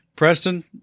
Preston